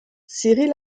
cyril